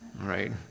Right